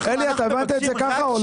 אלי, אתה הבנת את זה ככה או לא?